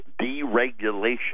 deregulation